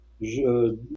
je